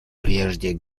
прежде